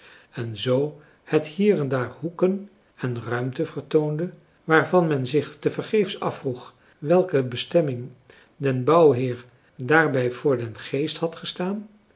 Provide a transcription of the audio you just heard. en zoo het hier en daar hoeken en ruimten vertoonde waarvan men zich tevergeefs afvroeg welke bestemming den bouwheer daarbij voor den geest had gestaan